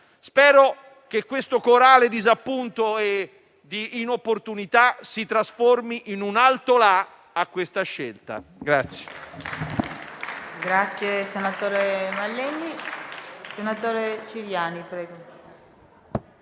Spero che questo corale disappunto di inopportunità si trasformi in un altolà alla scelta fatta.